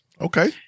Okay